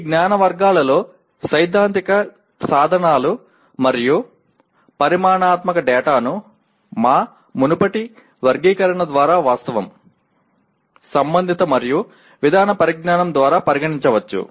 ఈ జ్ఞాన వర్గాలలో సైద్ధాంతిక సాధనాలు మరియు పరిమాణాత్మక డేటాను మా మునుపటి వర్గీకరణ ద్వారా వాస్తవం సంభావిత మరియు విధాన పరిజ్ఞానం ద్వారా పరిగణించవచ్చు